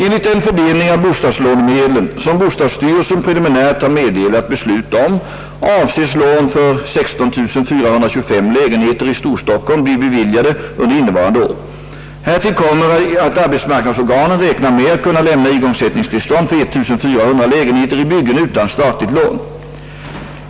Enligt den fördelning av bostadslånemedlen, som bostadsstyrelsen preliminärt har meddelat beslut om, avses lån för 16 425 lägenheter i Storstockholm bli beviljade under innevarande år. Härtill kommer att arbetsmarknadsorganen räknar med att kunna lämna igångsättningstillstånd för 1400 lägenheter i byggen utan statliga lån.